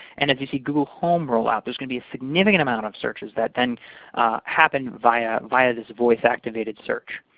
and as you see google home roll out, there's going to be a significant amount of searches that then happen via via this voice activated search.